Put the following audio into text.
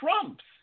Trump's